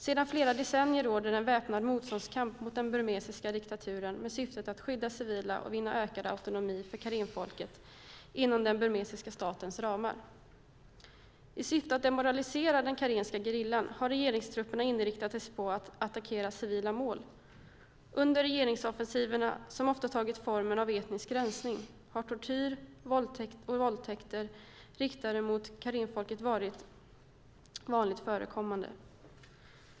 Sedan flera decennier försiggår en väpnad motståndskamp mot den burmesiska diktaturen, med syftet att skydda civila och vinna ökad autonomi för karenfolket inom den burmesiska statens ramar. I syfte att demoralisera den karenska gerillan har regeringstrupperna inriktat sig på att attackera civila mål. Under regeringsoffensiverna, som ofta har tagit formen av etnisk rensning, har tortyr och våldtäkter riktade mot karenfolket varit vanligt förekommande.